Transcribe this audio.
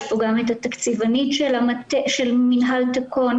יש כאן את התקציבנית של מינהל תקון,